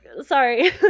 Sorry